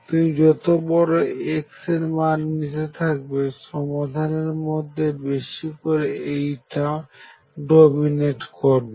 তুমি যত বড় x এরমান নিতে থাকবে সমাধানের মধ্যে বেশি করে এই টার্ম ডমিনেট করবে